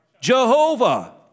Jehovah